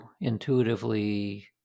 intuitively